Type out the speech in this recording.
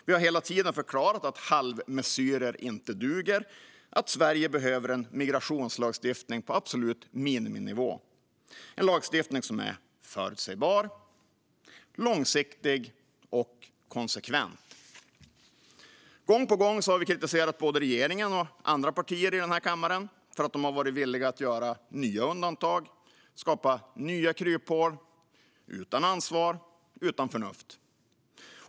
Vi har hela tiden förklarat att halvmesyrer inte duger och att Sverige behöver en migrationslagstiftning på absolut miniminivå, en lagstiftning som är förutsägbar, långsiktig och konsekvent. Gång på gång har vi kritiserat både regeringen och andra partier i denna kammare för att de har varit villiga att göra nya undantag och skapa nya kryphål utan ansvar och utan förnuft.